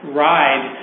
ride